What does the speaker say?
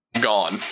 gone